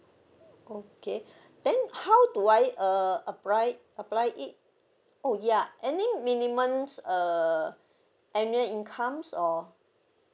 okay then how do I uh apply apply it oh ya any minimum uh annual incomes or